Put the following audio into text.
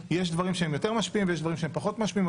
דברים שהם יותר משפיעים ויש דברים שהם פחות משפיעים,